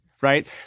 Right